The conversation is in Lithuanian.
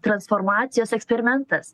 transformacijos eksperimentas